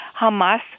Hamas